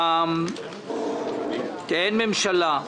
באין ממשלה,